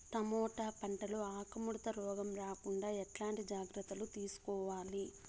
Tomato పంట లో ఆకు ముడత రోగం రాకుండా ఎట్లాంటి జాగ్రత్తలు తీసుకోవాలి?